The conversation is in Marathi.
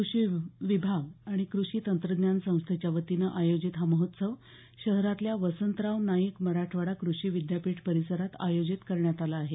कृषी विभाग आणि कृषी तंत्रज्ञान संस्थेच्या वतीनं आयोजित हा महोत्सव शहरातल्या वसंतराव नाईक मराठवाडा कृषी विद्यापीठ परिसरात आयोजित करण्यात आला आहे